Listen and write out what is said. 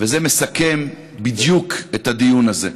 וזה מסכם בדיוק את הדיון הזה.